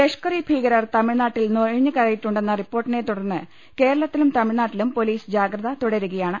ലഷ്കർ ഇ ഭീകരർ തമിഴ്നാട്ടിൽ നുഴഞ്ഞ് കയറിയിട്ടുണ്ടെന്ന റിപ്പോർട്ടിനെ തുടർന്ന് കേരളത്തിലും തമിഴ്നാട്ടിലും പൊലീസ് ജാഗ്രത തുടരുകയാണ്